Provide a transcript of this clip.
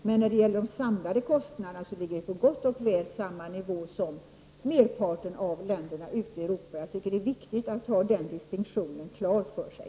Men när det gäller de samlade kostnaderna ligger Sverige gott och väl på samma nivå som merparten av länderna ute i Europa. Jag tycker att det är viktigt att ha den distinktionen klar för sig.